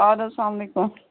اَدٕ حظ سلام وعلیکُم